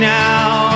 now